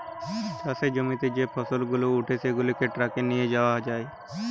চাষের জমিতে যে ফসল গুলা উঠে সেগুলাকে ট্রাকে করে নিয়ে যায়